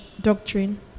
doctrine